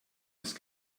ist